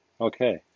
Okay